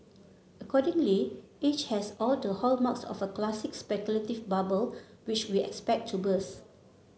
accordingly each has all the hallmarks of a classic speculative bubble which we expect to burst